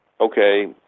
okay